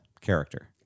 character